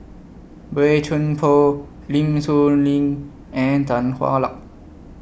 Boey Chuan Poh Lim Soo Ngee and Tan Hwa Luck